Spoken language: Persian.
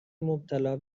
مبتلا